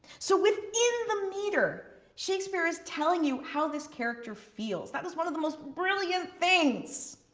so within the meter, shakespeare is telling you how this character feels. that was one of the most brilliant things.